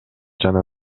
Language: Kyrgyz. жана